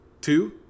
Two